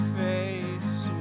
face